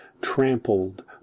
trampled